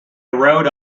wrote